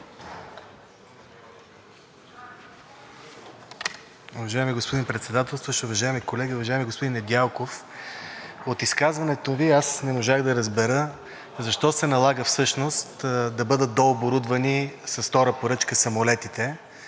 господин Председателстващ, уважаеми колеги! Уважаеми господин Недялков, от изказването Ви аз не можах да разбера защо се налага всъщност да бъдат дооборудвани с втора поръчка самолетите,